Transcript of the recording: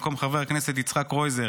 במקום חבר הכנסת יצחק קרויזר